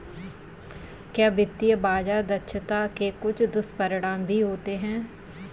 क्या वित्तीय बाजार दक्षता के कुछ दुष्परिणाम भी होते हैं?